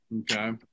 Okay